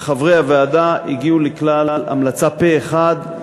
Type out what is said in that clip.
חברי הוועדה הגיעו לכלל המלצה, פה אחד.